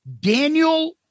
Daniel